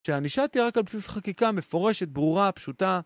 שענישה תהיה רק על בסיס חקיקה מפורשת, ברורה, פשוטה.